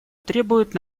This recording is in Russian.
требует